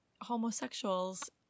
homosexuals